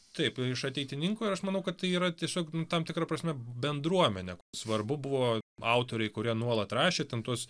taip iš ateitininkų ir aš manau kad tai yra tiesiog nu tam tikra prasme bendruomenė svarbu buvo autoriai kurie nuolat rašė ten tuos